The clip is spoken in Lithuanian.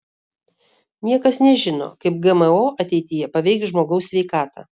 niekas nežino kaip gmo ateityje paveiks žmogaus sveikatą